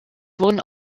wurden